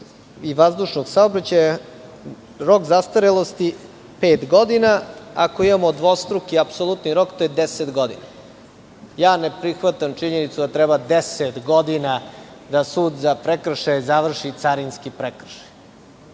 i vazdušnog saobraćaja rok zastarelosti je pet godina. Ako imamo dvostruki apsolutni rok to je deset godina. Ne prihvatam činjenicu da treba deset godina da sud za prekršaje završi carinski prekršaj.